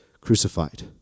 crucified